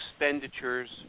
expenditures